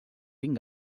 tinc